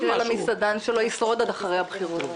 מה יקרה למסעדן שלא ישרוד עד אחרי הבחירות?